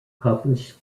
published